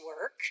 work